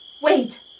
Wait